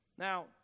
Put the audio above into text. Now